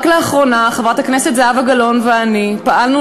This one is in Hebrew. רק לאחרונה חברת הכנסת זהבה גלאון ואני פעלנו